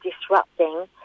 disrupting